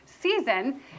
season